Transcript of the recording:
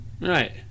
Right